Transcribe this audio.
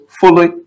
fully